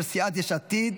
של סיעת יש עתיד.